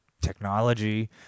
technology